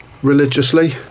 religiously